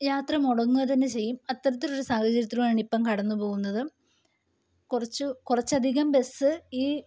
യാത്ര മുടങ്ങുക തന്നെ ചെയ്യും അത്തരത്തിലുള്ള സാഹചര്യത്തിലാണ് ഇപ്പം കടന്നു പോകുന്നത് കുറച്ച് കുറച്ചധികം ബസ് ഈ